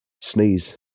sneeze